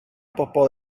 bobl